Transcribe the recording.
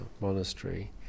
monastery